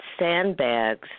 sandbags